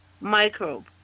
microbe